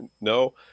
No